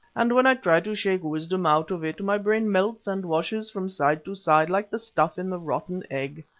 and when i try to shake wisdom out of it my brain melts and washes from side to side like the stuff in the rotten egg.